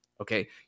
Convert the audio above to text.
okay